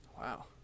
wow